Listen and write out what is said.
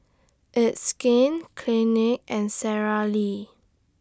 It's Skin Clinique and Sara Lee